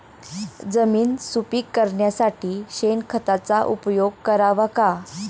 जमीन सुपीक करण्यासाठी शेणखताचा उपयोग करावा का?